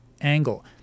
angle